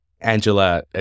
Angela